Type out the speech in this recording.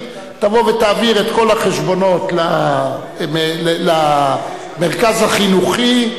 תבוא ותעביר את כל החשבונות למרכז החינוכי,